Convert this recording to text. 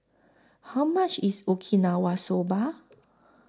How much IS Okinawa Soba